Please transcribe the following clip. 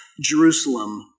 Jerusalem